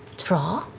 draw?